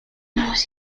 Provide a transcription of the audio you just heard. musical